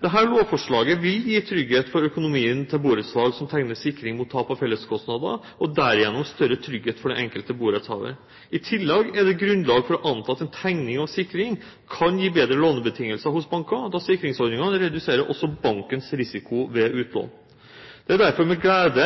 lovforslaget vil gi trygghet for økonomien til borettslag som tegner sikring mot tap av felleskostnader, og derigjennom større trygghet for den enkelte borettshaver. I tillegg er det grunnlag for å anta at tegning av sikring kan gi bedre lånebetingelser hos banker, da sikringsordningen reduserer også bankens risiko ved utlån. Det er derfor med glede